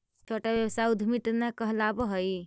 छोटा व्यवसाय उद्यमीट न कहलावऽ हई